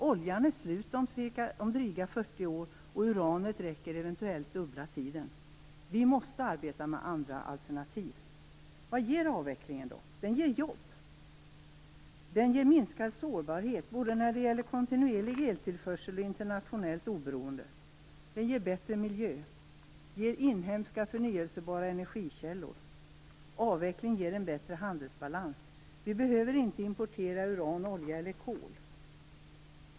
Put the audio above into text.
Oljan är slut om drygt 40 år, och uranet räcker eventuellt dubbla tiden. Vi måste arbeta med andra alternativ. Vad ger då avvecklingen? Den ger jobb. Den ger minskad sårbarhet, både när det gäller kontinuerlig eltillförsel och internationellt oberoende. Den ger bättre miljö och inhemska, förnybara energikällor. Avvecklingen ger en bättre handelsbalans. Vi behöver inte importera uran, olja eller kol.